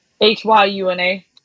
H-Y-U-N-A